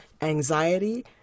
anxiety